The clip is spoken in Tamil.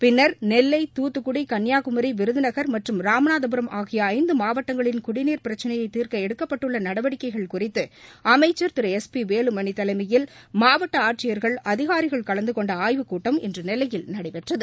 பின்னர் நெல்லை துத்துக்குடி கன்னியாகுமி விருதுநகள் மற்றும் ராமநாதபுரம் ஆகிய ஐந்து மாவட்டங்களின் குடிநீா பிரச்சினை தீாக்க எடுக்கப்பட்டுள்ள நடவடிக்கைகள் குறித்து அமைச்சா் திரு எஸ் பி வேலுமணி தலைமையில் மாவட்ட ஆட்சியர்கள் அதிகாரிகள் கலந்து கொண்ட ஆய்வுக்கூட்டம் இன்று நெல்லையில் நடைபெற்றது